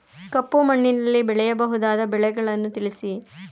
ಕಪ್ಪು ಮಣ್ಣಿನಲ್ಲಿ ಬೆಳೆಯಬಹುದಾದ ಬೆಳೆಗಳನ್ನು ತಿಳಿಸಿ?